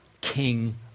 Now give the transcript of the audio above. king